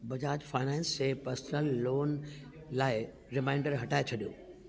Bajaj finance जे personal loan लाइ reminder हटाए छॾियो